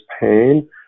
pain